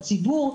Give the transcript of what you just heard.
הציבור,